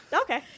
Okay